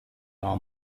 are